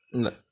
uh